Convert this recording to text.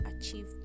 achieve